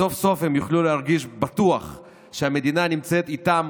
סוף-סוף הם יוכלו להרגיש בטוח שהמדינה נמצאת איתם